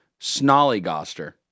Snollygoster